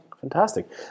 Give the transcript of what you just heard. fantastic